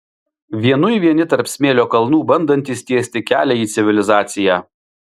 vienui vieni tarp smėlio kalnų bandantys tiesti kelią į civilizaciją